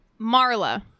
Marla